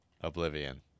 Oblivion